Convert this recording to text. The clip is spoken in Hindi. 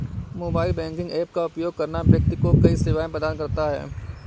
मोबाइल बैंकिंग ऐप का उपयोग करना व्यक्ति को कई सेवाएं प्रदान करता है